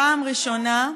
פעם ראשונה,